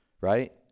Right